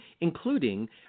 including